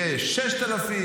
יהיו 6,000,